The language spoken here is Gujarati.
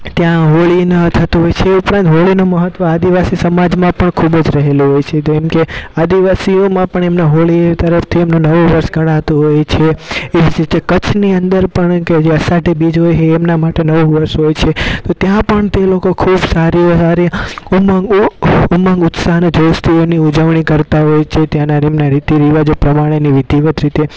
ત્યાં હોળીના થતું હોય છે ઉપરાંત હોળીનું મહત્ત્વ આદિવાસી સમાજમાં પણ ખૂબ જ રહેલું હોય છે તો એમ કે આદિવાસીઓમાં પણ એમને હોળી તરફથી એમનું નવું વર્ષ ગણાતું હોય છે એ જ રીતે કચ્છની અંદર પણ કે જે અષાઢી બીજ જે હે એમના માટે નવું વર્ષ હોય છે તો ત્યાં પણ તે લોકો ખૂબ સારી સારી ઉમંગ ઉમંગ ઉત્સાહ ને તેની ઉજવણી કરતાં હોય છે ત્યાંનાં એમના રીતિરિવાજો પ્રમાણેની વિધિવત રીતે